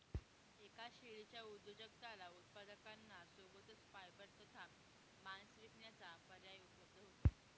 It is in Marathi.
एका शेळीच्या उद्योजकाला उत्पादकांना सोबतच फायबर तथा मांस विकण्याचा पर्याय उपलब्ध होतो